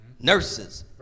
nurses